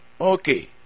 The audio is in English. Okay